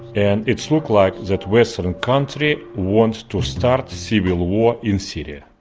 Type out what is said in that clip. and it looks like that western country wants to start civil war in syria.